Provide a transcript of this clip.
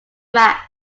match